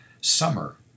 summer